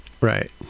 Right